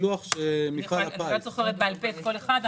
אני לא זוכרת בעל פה כל אחד.